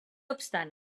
obstant